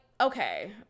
okay